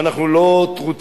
ואנחנו לא טרוטי-עיניים,